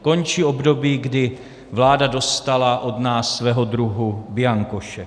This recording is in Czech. Končí období, kdy vláda dostala od nás svého druhu bianko šek.